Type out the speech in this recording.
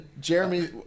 Jeremy